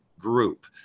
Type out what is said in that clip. group